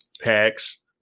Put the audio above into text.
packs